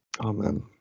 Amen